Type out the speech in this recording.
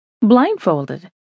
Blindfolded